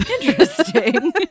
Interesting